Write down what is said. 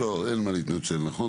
לא, אין מה להתנצל, נכון?